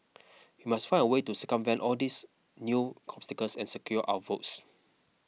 we must find a way to circumvent all these new obstacles and secure our votes